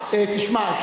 תשמע,